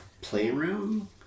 Playroom